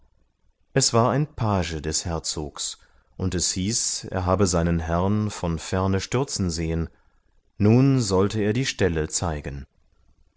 es war ein page des herzogs und es hieß er habe seinen herrn von ferne stürzen sehen nun sollte er die stelle zeigen